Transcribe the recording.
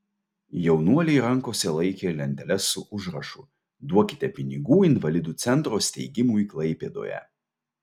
jaunuoliai rankose laikė lenteles su užrašu duokite pinigų invalidų centro steigimui klaipėdoje